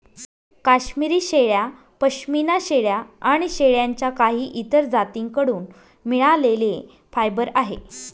काश्मिरी शेळ्या, पश्मीना शेळ्या आणि शेळ्यांच्या काही इतर जाती कडून मिळालेले फायबर आहे